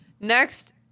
Next